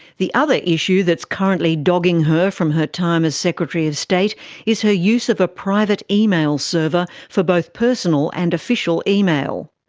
the other issue that's currently dogging her from her time as secretary of state is her use of a private email server for both personal and official email.